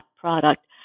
product